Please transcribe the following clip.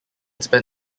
spent